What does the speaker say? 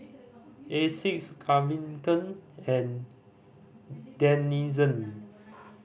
Asics Gaviscon and Denizen